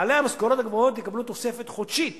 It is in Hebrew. בעלי המשכורות הגבוהות יקבלו תוספת חודשית